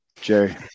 Jerry